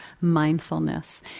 mindfulness